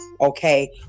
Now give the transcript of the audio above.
okay